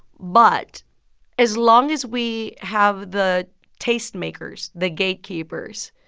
but as long as we have the tastemakers, the gatekeepers,